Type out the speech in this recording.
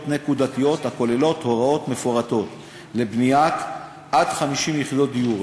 נקודתיות הכוללות הוראות מפורטות לבניית עד 50 יחידות דיור.